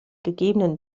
gegebenen